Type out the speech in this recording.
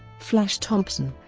flash thompson